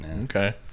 Okay